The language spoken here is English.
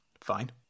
Fine